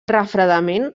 refredament